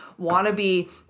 Wannabe